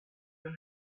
sian